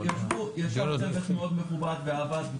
ישב הצוות המכובד וכתב את